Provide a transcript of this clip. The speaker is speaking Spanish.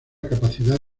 capacidad